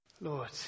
Lord